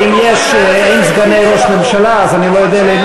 אין סגני ראש ממשלה, אז אני לא יודע למי